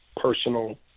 personal